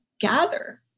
gather